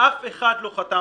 אין ספק שבמערכות היחסים